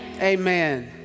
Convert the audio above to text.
Amen